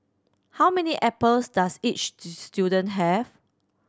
how many apples does each student have